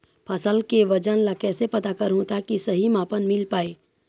फसल के वजन ला कैसे पता करहूं ताकि सही मापन मील पाए?